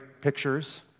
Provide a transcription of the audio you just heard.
pictures